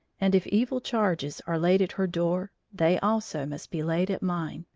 and if evil charges are laid at her door, they also must be laid at mine,